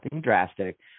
drastic